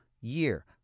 year